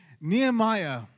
Nehemiah